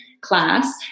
class